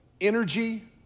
energy